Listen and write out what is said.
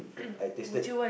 I tasted